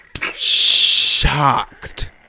shocked